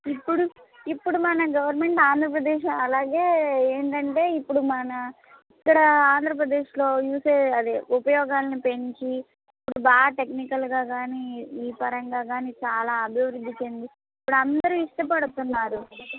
ఇప్పుడు ఇప్పుడు మన గవర్నమెంట్ ఆంధ్రప్రదేశ్ అలాగే ఏంటంటే ఇప్పుడు మన ఇక్కడ ఆంధ్రప్రదేశ్లో యూసెజ్ అదే ఉపయోగాలను పెంచి ఇప్పుడు బాగా టెక్నికల్గా గాని ఈ పరంగా గాని చాలా అభివృద్ది చెంది ఇప్పుడు అందరు ఇష్టపడుతున్నారు